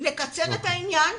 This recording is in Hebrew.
לקצר את העניין,